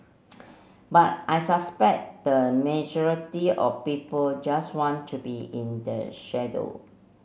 but I suspect the majority of people just want to be in the shadow